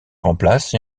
remplace